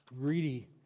greedy